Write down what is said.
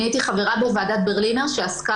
אני הייתי חברה בוועדת ברלינר שעסקה